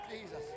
Jesus